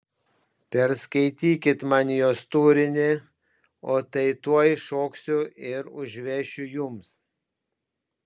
perskaitykit man jos turinį o tai tuoj šoksiu ir užvešiu jums